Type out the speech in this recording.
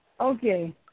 Okay